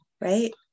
right